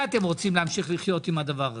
אתם רוצים להמשיך לחיות עם הדבר הזה'?